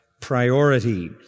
priority